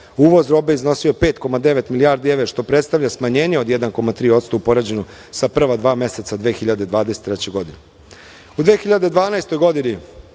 Uvoz robe iznosio je 5,9 milijardi evra, što predstavlja smanjenje od 1,3% u poređenju sa prva dva meseca 2023. godine.U 2012. godini,